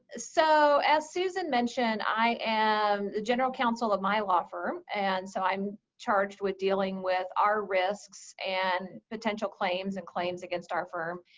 so as susan mentioned, i am the general counsel of my law firm. and so i'm charged with dealing with our risks and potential claims and claims against our firm.